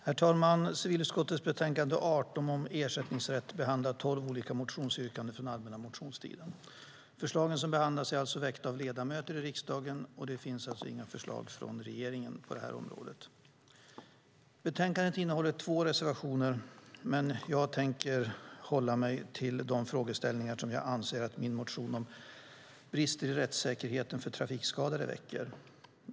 Herr talman! Civilutskottets betänkande 18 om ersättningsrätt behandlar tolv olika motionsyrkanden från allmänna motionstiden. Förslagen som behandlas är alltså väckta av ledamöter i riksdagen, och det finns inga förslag från regeringen på det här området. Betänkandet innehåller två reservationer, men jag tänker hålla mig till de frågeställningar som jag anser att min motion om brister i rättssäkerhet för trafikskadade väcker.